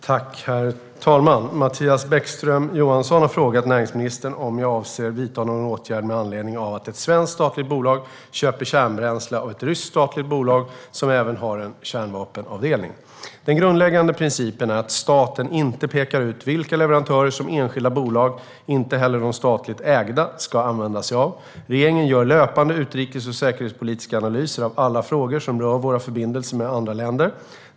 Herr talman! Mattias Bäckström Johansson har frågat mig om jag avser vidta någon åtgärd med anledning av att ett svenskt statligt bolag köper kärnbränsle av ett ryskt statligt bolag som även har en kärnvapenavdelning. Den grundläggande principen är att staten inte pekar ut vilka leverantörer som enskilda bolag - inte heller de statligt ägda - ska använda sig av. Regeringen gör löpande utrikes och säkerhetspolitiska analyser av alla frågor som rör våra förbindelser med andra länder.